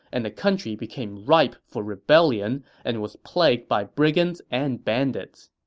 and the country became ripe for rebellion and was plagued by brigands and bandits